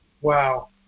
Wow